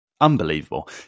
unbelievable